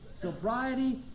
sobriety